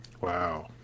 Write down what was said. wow